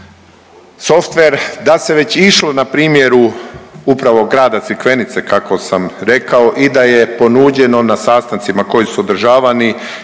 softver, da se već išlo na primjeru upravo grada Crikvenice kako sam rekao i da je ponuđeno na sastancima koji su održavani